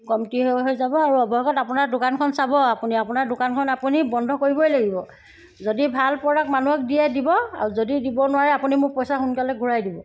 কমতি হৈ হৈ যাব আৰু অৱশেষত আপোনাৰ দোকানখন চাব আপুনি আপোনাৰ দোকানখন আপুনি বন্ধ কৰিবই লাগিব যদি ভাল প্ৰডাক্ট মানুহক দিয়ে দিব আৰু যদি দিব নোৱাৰে আপুনি মোক পইচা সোনকালে ঘূৰাই দিব